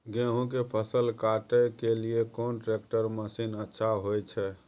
गेहूं के फसल काटे के लिए कोन ट्रैक्टर मसीन अच्छा होय छै?